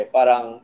Parang